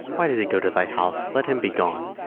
why does he go to thy house? let him be gone.